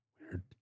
Weird